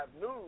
News